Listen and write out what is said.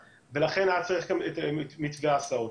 ולכן היה צריך גם את מתווה ההסעות.